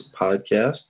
podcast